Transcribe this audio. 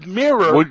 mirror